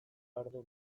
ardo